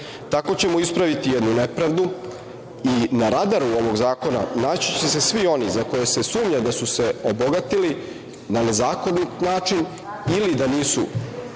Tako ćemo ispraviti jednu nepravdu i na radaru ovog zakona naći će se svi oni za koje se sumnja da su se obogatili na nezakonit način ili da nisu